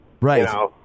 Right